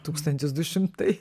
tūkstantis du šimtai